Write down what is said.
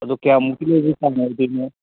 ꯑꯗꯨ ꯀꯌꯥꯃꯨꯛꯀꯤ ꯆꯥꯡ ꯑꯣꯏꯗꯣꯏꯅꯣ